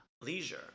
leisure